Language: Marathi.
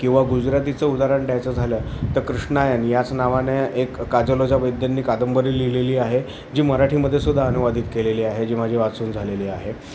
किंवा गुजरातीचं उदाहरण द्यायचं झालं तर कृष्णायन याच नावाने एक काजल ओझा वैद्यांनी कादंबरी लिहिलेली आहे जी मराठीमध्ये सुुद्धा अनुवादित केलेली आहे जी माझी वाचून झालेली आहे